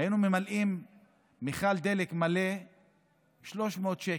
היינו ממלאים מכל דלק מלא ב-300 שקל,